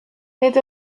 need